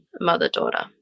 mother-daughter